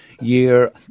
year